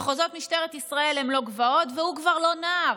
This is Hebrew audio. מחוזות משטרת ישראל הם לא גבעות והוא כבר לא נער.